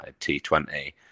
T20